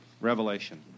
revelation